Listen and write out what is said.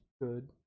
good